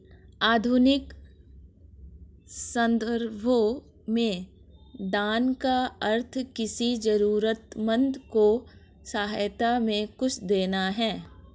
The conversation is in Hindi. आधुनिक सन्दर्भों में दान का अर्थ किसी जरूरतमन्द को सहायता में कुछ देना है